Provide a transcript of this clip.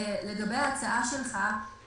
לגבי ההצעה שלך,